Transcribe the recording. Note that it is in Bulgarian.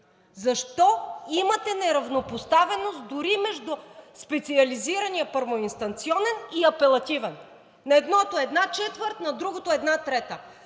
Защо имате неравнопоставеност дори между Специализирания първоинстанционен и Апелативния? На едното – една четвърт, на другото – една трета!